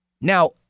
Now